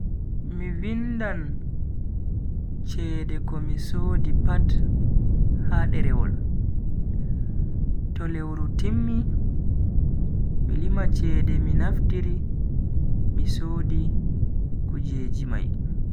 Mi vindan cede komi sodi pat ha derewol, to lewru timmi mi lima cede mi naftiri mi sodi kujeji mai.